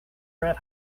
red